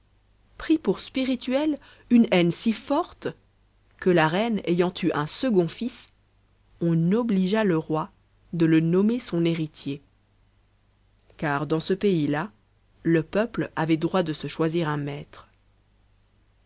prit pour spirituel une haine si forte que la reine ayant eu un second fils on obligea le roi de le nommer son héritier car dans ce pays-là le peuple avait droit de se choisir un maître